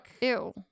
ew